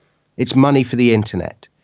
it's money for the internet.